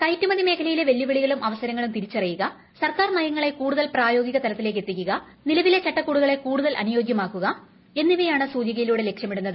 കയറ്റുമതി മേഖലയിലെ വെല്ലു വിളി കളും അവസരങ്ങളും തിരിച്ചറിയുക സർക്കാർ നയങ്ങളെ കൂടുതൽ പ്രായോഗിക തലത്തിലേക്കെത്തിക്കുക നിലവിലെ ചട്ടക്കൂടുകളെ കൂടുതൽ അനുയോജ്യമാക്കുക എന്നിവയാണ് സൂചികയിലൂടെ ലക്ഷ്യമിടുന്നത്